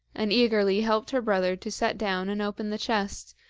and eagerly helped her brother to set down and open the chest,